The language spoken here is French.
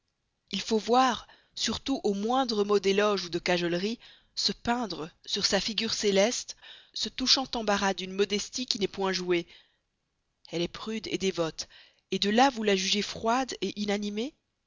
il faut voir surtout au moindre mot d'éloge ou de cajolerie se peindre sur sa figure céleste ce touchant embarras d'une modestie qui n'est point jouée elle est prude et dévote et de là vous la jugez froide et inanimée